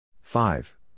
five